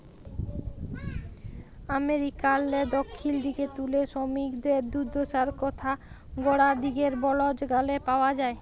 আমেরিকারলে দখ্খিল দিগে তুলে সমিকদের দুদ্দশার কথা গড়া দিগের বল্জ গালে পাউয়া যায়